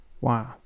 Wow